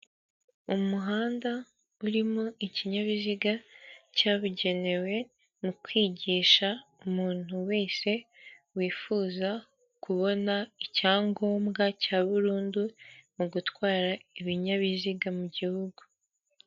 Umuhanda urimo ikinyabiziga cyabugenewe mu kwigisha umuntu wese wifuza kubona icyangombwa cya burundu mu gutwara ibinyabiziga mu gihugu.